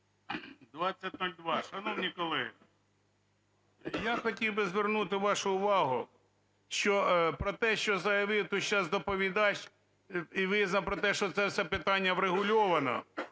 2002. Шановні колеги, я хотів би звернути вашу увагу, що, про те, що заявив тут сейчас доповідач і визнав про те, що це все питання врегульоване.